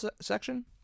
section